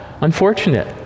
unfortunate